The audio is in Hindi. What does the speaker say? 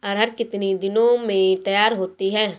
अरहर कितनी दिन में तैयार होती है?